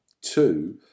Two